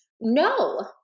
No